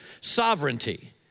sovereignty